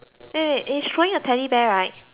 wanted a teddy bear right